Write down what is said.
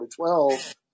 2012